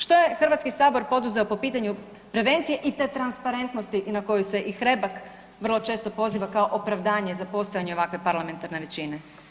Što je Hrvatski sabor poduzeo po pitanju prevencije i te transparentnosti na koju se i Hrebak vrlo često poziva kao opravdanje za postojanje ovakve parlamentarne većine?